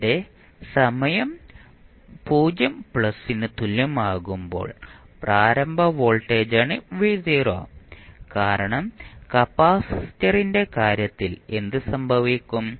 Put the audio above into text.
ഇവിടെ സമയം 0 പ്ലസിന് തുല്യമാകുമ്പോൾ പ്രാരംഭ വോൾട്ടേജാണ് V0 കാരണം കപ്പാസിറ്ററിന്റെ കാര്യത്തിൽ എന്ത് സംഭവിക്കും